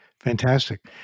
Fantastic